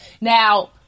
Now